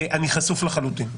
אני חשוף לחלוטין.